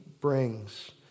brings